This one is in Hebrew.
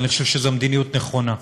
אני חושב שזו מדיניות נכונה,